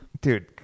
dude